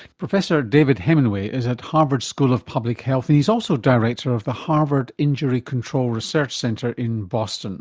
professor david hemenway is at harvard school of public health, and he's also director of the harvard injury control research center in boston